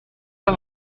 pas